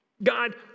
God